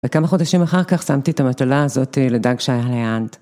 וכמה חודשים אחר כך שמתי את המטלה הזאת לדגשי הליאנד.